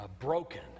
broken